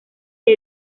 que